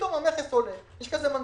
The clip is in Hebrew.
פתאום שם המכס עולה.